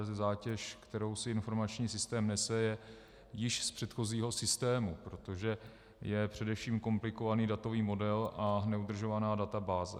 Zátěž, kterou si informační systém nese, je již z předchozího systému, protože je především komplikovaný datový model a neudržovaná databáze.